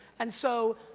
and so,